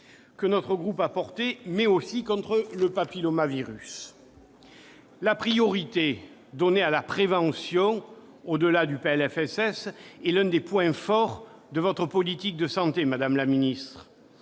que notre groupe a portées, mais aussi contre le papillomavirus. La priorité donnée à la prévention, au-delà du PLFSS, est l'un des points forts de votre politique de santé, madame la ministre.